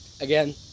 again